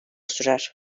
sürer